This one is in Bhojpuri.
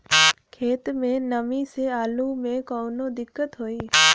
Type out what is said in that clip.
खेत मे नमी स आलू मे कऊनो दिक्कत होई?